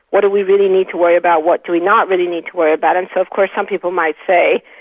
what do we really need to worry about, what do we not really need to worry about, and so of course some people might say,